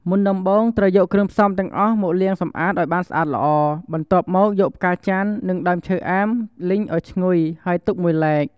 មុនដំបូងត្រូវយកគ្រឿងផ្សំទាំងអស់មកលាងសម្អាតឲ្យបានស្អាតល្អ បន្ទាប់មកយកផ្កាចាន់ និងដើមឈើអែម លីងឲ្យឈ្ងុយ ហើយទុកមួយឡែក។